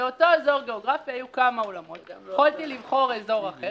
אותו זוג הלך לאולם כזה או אחר